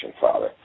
Father